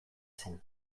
zen